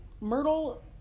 myrtle